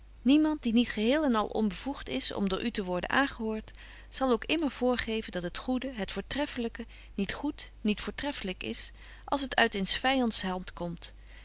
niemand die niet geheel en al onbevoegt is om door u te worden aangehoort zal ook immer voorgeven dat het goede het voortreffelyke niet goed niet voortreffelyk is als het uit een s vyands hand komt